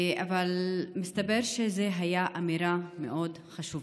אבל מסתבר שזו הייתה אמירה מאוד חשובה.